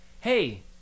hey